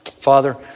Father